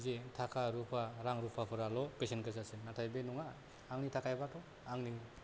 जे थाखा रुफा रां रुफाफोराल' बेसेन गोसासिन नाथाय बे नङा आंनि थाखायबाथ' आंनि